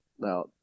Now